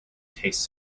taste